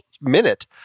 minute